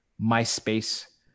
myspace